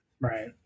Right